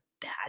bad